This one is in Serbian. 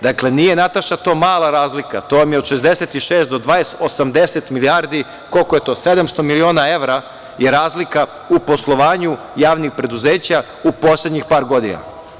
Dakle, Nataša, nije to mala razlika, to vam je od 66 do 20, 80 milijardi, koliko je to, 700 miliona evra je razlika u poslovanju javnih preduzeća u poslednjih par godina.